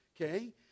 okay